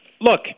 look